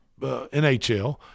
NHL